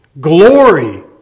Glory